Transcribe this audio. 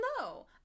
no